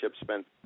spent